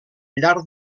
llarg